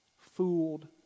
fooled